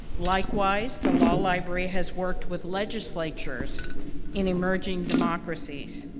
likewise, the law library has worked with legislators in emerging democracies.